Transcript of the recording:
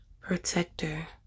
protector